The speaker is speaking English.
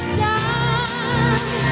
die